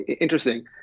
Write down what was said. interesting